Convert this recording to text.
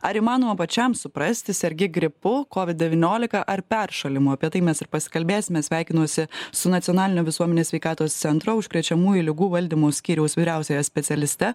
ar įmanoma pačiam suprasti sergi gripu kovid devyniolika ar peršalimu apie tai mes ir pasikalbėsime sveikinuosi su nacionalinio visuomenės sveikatos centro užkrečiamųjų ligų valdymo skyriaus vyriausiąja specialiste